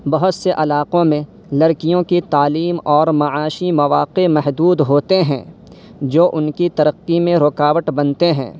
بہت سے علاقوں میں لڑکیوں کی تعلیم اور معاشی مواقع محدود ہوتے ہیں جو ان کی ترقی میں رکاوٹ بنتے ہیں